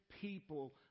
people